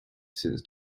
since